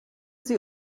sie